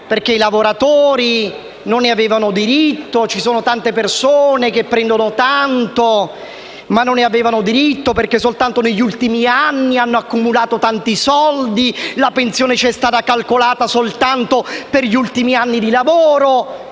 perché i lavoratori non ne avevano diritto. Avete detto: ci sono tante persone che prendono tanto, ma non ne avevano diritto, perché soltanto negli ultimi anni hanno accumulato tanti soldi e la pensione era calcolata soltanto per gli ultimi anni di lavoro.